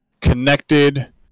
Connected